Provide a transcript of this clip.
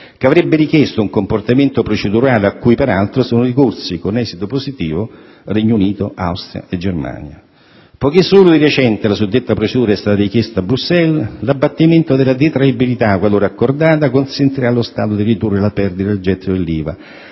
che avrebbe richiesto un comportamento procedurale, a cui, peraltro, sono ricorsi con esito positivo Regno Unito, Austria e Germania. Poiché solo di recente la suddetta procedura è stata richiesta a Bruxelles, l'abbattimento della detraibilità, qualora accordata, consentirà allo Stato di ridurre la perdita del gettito dell'IVA.